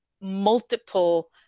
multiple